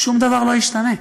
שום דבר לא ישתנה.